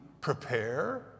prepare